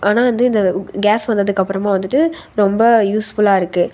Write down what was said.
ஆனால் வந்து இந்த கேஸ் வந்ததுக்கப்புறமா வந்துட்டு ரொம்ப யூஸ்ஃபுல்லாக இருக்குது